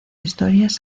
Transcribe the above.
historias